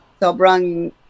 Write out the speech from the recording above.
Sobrang